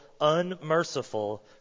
unmerciful